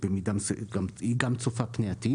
במידה מסוימת היא גם צופה פני עתיד